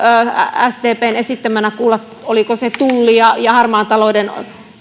sdpn esittämänä kuulla oliko se tullia ja harmaan talouden